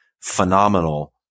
phenomenal